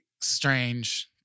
strange